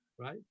Right